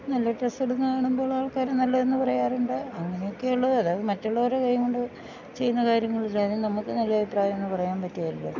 നല്ല ഡ്രസ്സിടുന്ന കാണുമ്പോൾ ആൾക്കാര് നല്ലതെന്ന് പറയാറുണ്ട് അങ്ങനെ ഒക്കെ ഉള്ളു അല്ലാതെ മറ്റുള്ളവരെ കൈയും കൊണ്ട് ചെയ്യുന്ന കാര്യങ്ങള് ആയാലും നമുക്ക് നല്ല അഭിപ്രായം എന്ന് പറയാൻ പറ്റുകയില്ലല്ലൊ